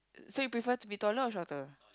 so you prefer to be taller or shorter